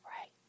Right